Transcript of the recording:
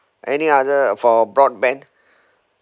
any other for a broadband